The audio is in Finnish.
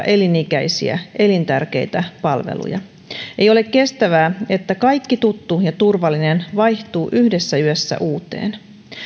elin ikäisiä elintärkeitä palveluja ei ole kestävää että kaikki tuttu ja turvallinen vaihtuu yhdessä yössä uuteen